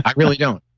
ah really don't.